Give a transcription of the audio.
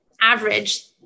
average